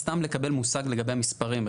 סתם לקבל מושג לגבי המספרים.